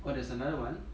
oh there's another one